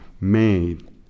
made